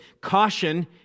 caution